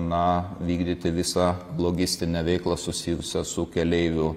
na vykdyti visą logistinę veiklą susijusią su keleivių